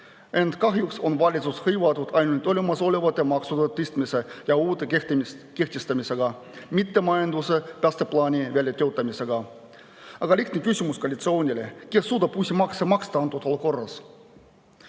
Ent kahjuks on valitsus hõivatud ainult olemasolevate maksude tõstmise ja uute kehtestamisega, mitte majanduse päästeplaani väljatöötamisega. Lihtne küsimus koalitsioonile: kes suudab antud olukorras